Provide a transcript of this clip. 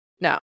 No